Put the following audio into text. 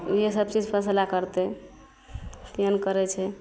वएह सबचीज फैसला करतै केहन करै छै